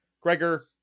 Gregor